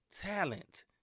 Talent